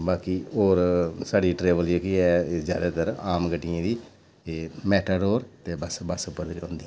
बाकी होर साढ़ी ट्रैवल जेह्की ऐ ज्यादात्तर आम गड्डियें दी एह् मैटाडोर ते बस बस उप्पर गै होंदी ऐ